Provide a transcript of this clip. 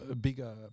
bigger